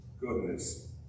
goodness